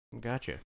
Gotcha